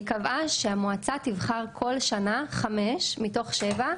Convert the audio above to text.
היא קבעה שהמועצה תבחר כל שנה חמש מתוך שבע,